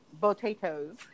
potatoes